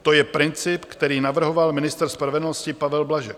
To je princip, který navrhoval ministr spravedlnosti Pavel Blažek.